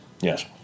Yes